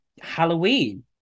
Halloween